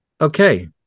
Okay